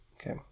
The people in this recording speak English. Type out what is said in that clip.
okay